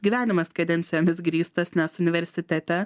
gyvenimas kadencijomis grįstas nes universitete